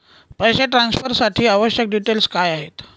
पैसे ट्रान्सफरसाठी आवश्यक डिटेल्स काय आहेत?